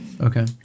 okay